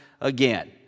again